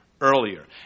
earlier